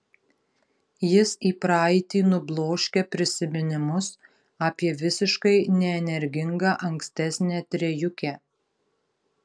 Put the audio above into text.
jis į praeitį nubloškia prisiminimus apie visiškai neenergingą ankstesnę trejukę